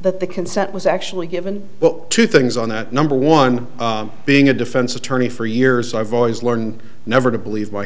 that the consent was actually given but two things on that number one being a defense attorney for years i've always learned never to believe my